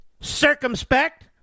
Circumspect